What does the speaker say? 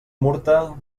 murta